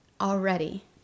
already